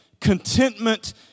Contentment